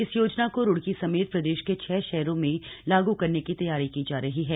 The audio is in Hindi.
इस योजना को रुड़की समेत प्रदेश के छह शहरों में लागू करने की तैयारी की जा रही है